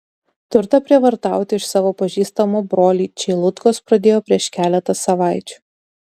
turtą prievartauti iš savo pažįstamo broliai čeilutkos pradėjo prieš keletą savaičių